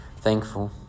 thankful